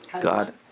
God